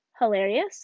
hilarious